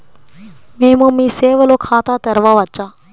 మేము మీ సేవలో ఖాతా తెరవవచ్చా?